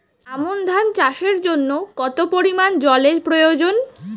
আমন ধান চাষের জন্য কত পরিমান জল এর প্রয়োজন?